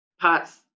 parts